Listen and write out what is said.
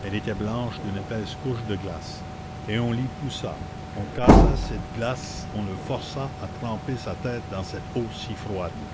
elle était blanche d'une épaisse couche de glace et on l'y poussa on cassa cette glace on le força à tremper sa tête dans cette eau si froide